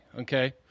Okay